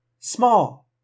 Small